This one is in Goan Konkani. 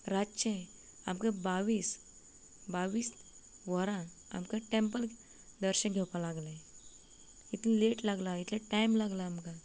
रातचे सामकें बावीस बावीस वरां आमकां टॅम्पल दर्शन घेवपाक लागलें इतलो लेट लागलो इतलो टायम लागलो आमकां